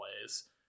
ways